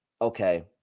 okay